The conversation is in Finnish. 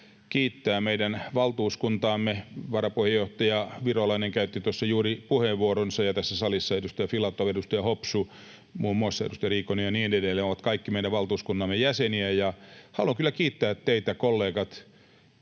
kiittää meidän valtuuskuntaamme. Varapuheenjohtaja Virolainen käytti tuossa juuri puheenvuoronsa, ja tässä salissa muun muassa edustaja Filatov, edustaja Hopsu, edustaja Reijonen ja niin edelleen — he ovat kaikki meidän valtuuskuntamme jäseniä. Haluan kyllä kiittää teitä, kollegat: